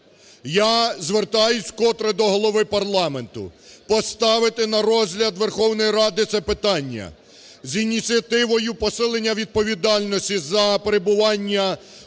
Я звертаюсь вкотре до Голови парламенту поставити на розгляд Верховної Ради це питання, з ініціативою посилення відповідальності за перебування